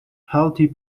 healthy